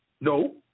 No